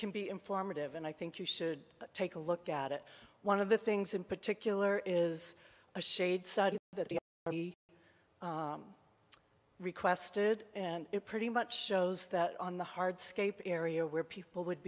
can be informative and i think you should take a look at it one of the things in particular is a shade side that the requested and it pretty much shows that on the hard scape area where people would